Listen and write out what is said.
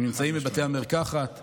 הם נמצאים בבתי המרקחת,